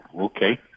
okay